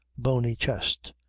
bony chest,